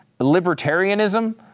libertarianism